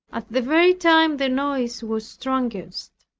at the very time the noise was strongest.